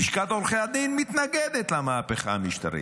בצדק לשכת עורכי הדין מתנגדת למהפכה המשטרית.